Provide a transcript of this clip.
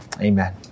Amen